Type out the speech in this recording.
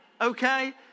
okay